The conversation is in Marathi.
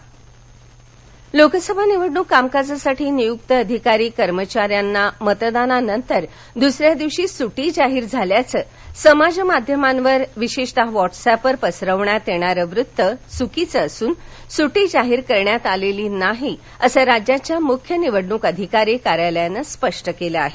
मतदाननंतर सड्डी लोकसभा निवडणूक कामकाजासाठी नियुक्त अधिकारी कर्मचाऱ्यांना मतदानानंतर दुसऱ्या दिवशी सुट्टी जाहीर झाल्याचं समाजमाध्यमांवर विशेषत व्हॉट्सअँपवर पसरविण्यात येणारं वृत्त चुकीचं असून सुट्टी जाहीर करण्यात आलेली नाही असं राज्याच्या मुख्य निवडणूक अधिकारी कार्यालयानं स्पष्ट केलं आहे